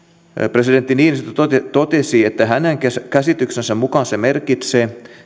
presidentti niinistö totesi että hänen käsityksensä mukaan se merkitsee